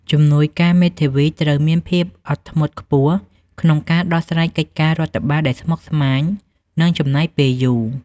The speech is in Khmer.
ជំនួយការមេធាវីត្រូវមានភាពអត់ធ្មត់ខ្ពស់ក្នុងការដោះស្រាយកិច្ចការរដ្ឋបាលដែលស្មុគស្មាញ និងចំណាយពេលយូរ។